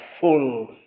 full